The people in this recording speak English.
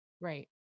right